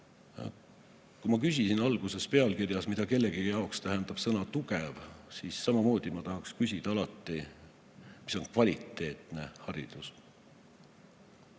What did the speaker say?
Kui ma küsisin alguses pealkirja kohta, mida kellegi jaoks tähendab sõna "tugev", siis samamoodi ma tahaks küsida, mis on kvaliteetne haridus.